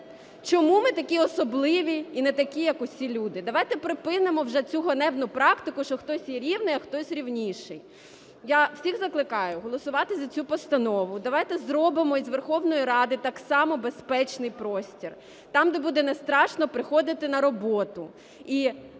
Чому ми такі особливі і не такі, як усі люди? Давайте припинимо вже цю ганебну практику, що хтось є рівний, а хтось рівніший. Я всіх закликаю голосувати за цю постанову. Давайте зробимо із Верховної Ради так само безпечний простір, там, де буде не страшно приходити на роботу